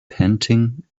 panting